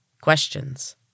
questions